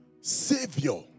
Savior